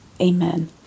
Amen